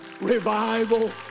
revival